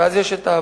ואז יש "אבל".